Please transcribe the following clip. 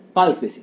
pulse basis